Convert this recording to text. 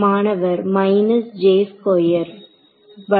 மாணவர் minus j square by